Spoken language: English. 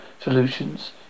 solutions